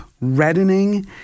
reddening